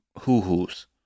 hoo-hoo's